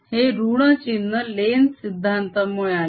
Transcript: हे ऋण चिन्ह लेन्झ सिद्धांतामुळे आले